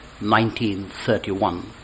1931